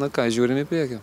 na ką žiūrim į priekį